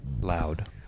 loud